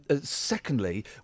secondly